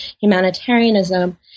humanitarianism